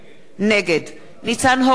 נגד ניצן הורוביץ,